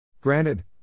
Granted